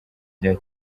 bya